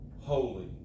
holy